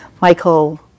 Michael